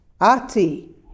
Ati